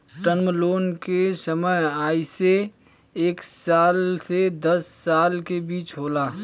term loan के समय अइसे एक साल से दस साल के बीच होला